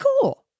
cool